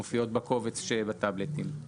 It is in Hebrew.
מופיעות בקובץ שבטאבלטים.